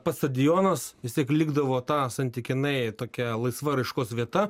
pats stadionas vis tiek likdavo ta santykinai tokia laisva raiškos vieta